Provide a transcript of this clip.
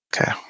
Okay